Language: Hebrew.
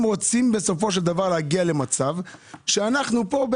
רוצים בסופו של דבר להגיע למצב שאנחנו פה,